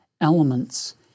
elements